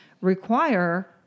require